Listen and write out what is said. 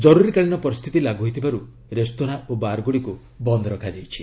ଜରୁରୀକାଳୀନ ପରିସ୍ଥିତି ଲାଗୁ ହୋଇଥିବାରୁ ରେସ୍ତୋରାଁ ଓ ବାର୍ ଗୁଡ଼ିକୁ ବନ୍ଦ ରଖାଯାଇଛି